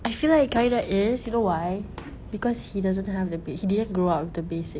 I feel like kinda is you know why because he doesn't have the ba~ he didn't grow up with the basics